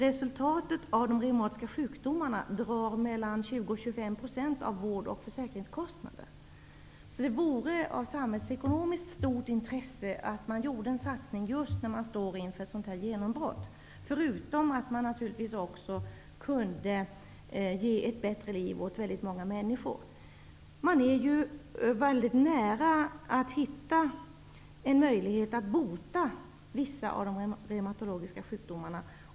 Reslutatet av de reumatiska sjukdomarna drar 20--25 % av vård och försäkringskostnaderna. Det vore av samhällsekonomiskt stort intresse att satsa nu, när man står inför ett genombrott. Dessutom kan man ge ett bättre liv åt väldigt många människor. Nu är man mycket nära att hitta en möjlighet att bota vissa av de reumatologiska sjukdomarna.